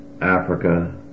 Africa